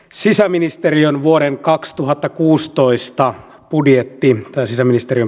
että tämä on tosi iso kysymys